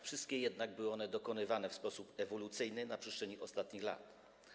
Wszystkie one były jednak dokonywane w sposób ewolucyjny na przestrzeni ostatnich lat.